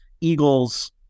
Eagles